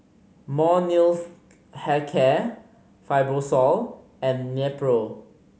Molnylcke Health Care Fibrosol and Nepro